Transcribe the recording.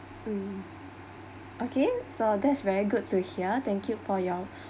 mm okay so that's very good to hear thank you for your